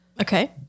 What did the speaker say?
Okay